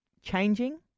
changing